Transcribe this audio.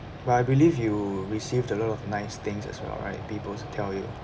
but I believe you received a lot of nice things as well right people tell you